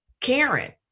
Karen